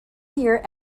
year